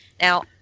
Now